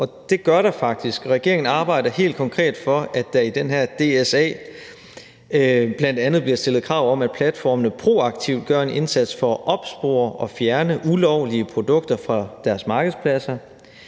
Det gør der faktisk. Regeringen arbejder helt konkret for, at der i den her DSA bl.a. bliver stillet krav om, at platformene proaktivt gør en indsats for at opspore og fjerne ulovlige produkter fra deres markedspladser;